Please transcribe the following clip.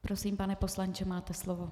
Prosím, pane poslanče, máte slovo.